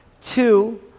Two